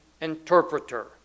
interpreter